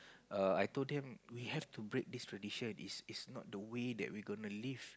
err I told them we have to break this tradition is is not the way that we gonna live